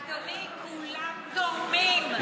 אדוני, כולם תורמים.